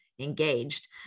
engaged